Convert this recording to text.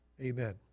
Amen